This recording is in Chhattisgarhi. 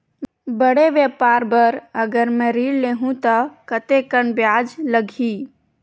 बड़े व्यापार बर अगर मैं ऋण ले हू त कतेकन ब्याज लगही?